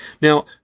Now